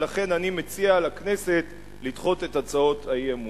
ולכן אני מציע לכנסת לדחות את הצעות האי-אמון.